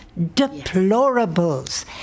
Deplorables